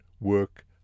work